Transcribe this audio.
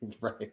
Right